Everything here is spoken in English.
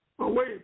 away